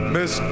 Miss